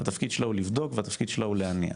התפקיד שלה הוא לבדוק והתפקיד שלה הוא להניע.